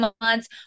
months